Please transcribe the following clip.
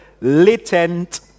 latent